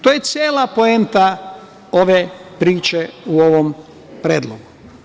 To je cela poenta ove priče u ovom predlogu.